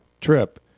trip